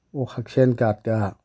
ꯑꯣ ꯍꯛꯁꯦꯜ ꯀꯥꯔꯗꯀ